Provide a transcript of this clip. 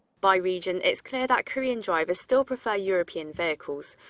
by region, it's clear that korean drivers still prefer european vehicles.